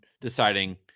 deciding